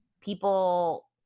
people